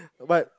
but